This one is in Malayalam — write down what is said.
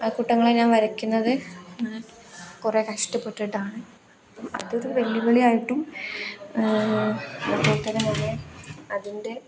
ആകുട്ടങ്ങളെ ഞാൻ വരയ്ക്കുന്നത് കുറേ കഷ്ടപ്പെട്ടിട്ടാണ് അതൊരു വെല്ലുവിളിയായിട്ടും അതുപോലെത്തന്നെ അതിൻ്റെ